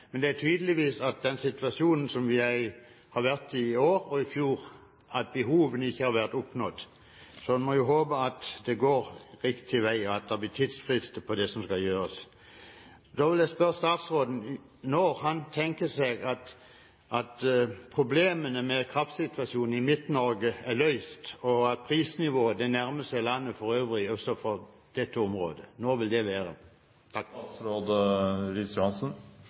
men det er tydelig at med den situasjonen som vi har hatt i år, og som vi hadde i fjor, har behovene ikke vært dekket. Så en må jo håpe at det går riktig vei, og at det blir tidsfrister for det som skal gjøres. Da vil jeg spørre statsråden: Når tenker han seg at problemene med kraftsituasjonen i Midt-Norge vil være løst, og at prisnivået nærmer seg landet for øvrig også for dette området? Når vil